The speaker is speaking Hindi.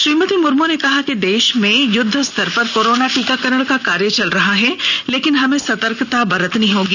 श्रीमति मुर्म् ने कहा कि देश में युद्ध स्तर पर कोरोना टीकाकरण का कार्य चल रहा है लेकिन हमें सतर्कता भी बरतनी होगी